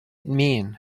mean